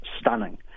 stunning